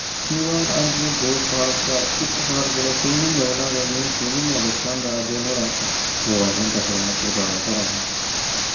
mobile अज दो साल दा इक साल कोला छे म्हीने कोला गै जियां छे म्हीने दा बच्चा होंदा नोआड़े हत्थ तोले गै मोबाइल होंदा फड़काये दा घरै आह्ले